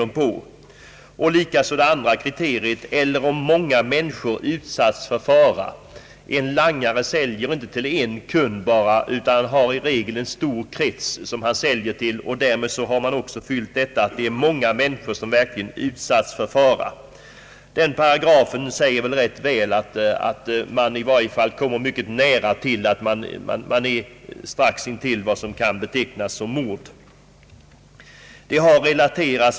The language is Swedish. Detsamma gäller om det andra kriteriet »eller om många människor utsatts för fara». En langare säljer inte bara till en kund utan har i regel en stor kundkrets. Därmed är också det sista kriteriet uppfyllt. Denna paragraf i brottsbalken är ett klart uttryck för att narkotikalangarna gör sig skyldiga till en gärning som ligger mycket nära vad som kan betecknas som mord.